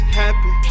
happy